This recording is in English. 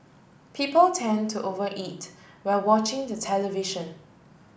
people tend to over eat while watching the television